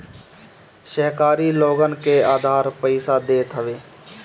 सहकारी लोगन के उधार पईसा देत हवे